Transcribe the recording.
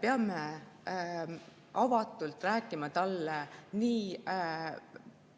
peame ju avatult rääkima talle nii